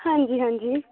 हां जी हां जी